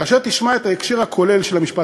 כאשר תשמע את ההקשר הכולל של המשפט,